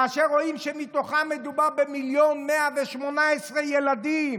כאשר רואים שמתוכם מדובר במיליון ו-118,000 ילדים,